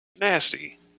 Nasty